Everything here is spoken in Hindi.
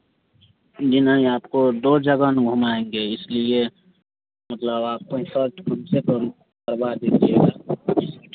जी नहीं आपको दो जगह ना घुमाएँगे इसलिए मतलब आपको एक साथ कम से कम करवा देंगे